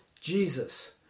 Jesus